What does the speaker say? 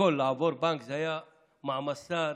לשקול לעבור בנק זה היה מעמסה רגשית,